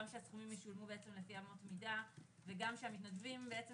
גם שהסכומים ישולמו בעצם לפי אמות מידה וגם שהמתנדבים בעצם